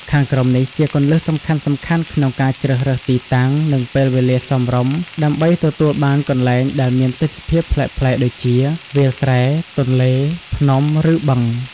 ខាងក្រោមនេះជាគន្លឹះសំខាន់ៗក្នុងការជ្រើសរើសទីតាំង និងពេលវេលាសមរម្យ ទើបទទួលបានកន្លែងដែលមានទេសភាពប្លែកៗដូចជា វាលស្រែ ទន្លេ ភ្នំ ឬ បឹង។